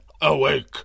Awake